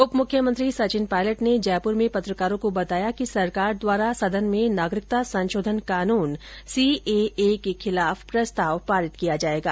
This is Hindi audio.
उप मुख्यमंत्री सचिन पायलट ने जयपुर में पत्रकारों को बताया कि सरकार द्वारा सदन में नागरिकता संशोधन कानून सीएए के खिलाफ प्रस्ताव पारित किया जायेगा